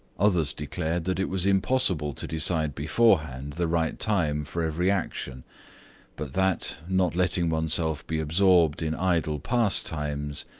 others declared that it was impossible to decide beforehand the right time for every action but that, not letting oneself be absorbed in idle pastimes,